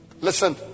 listen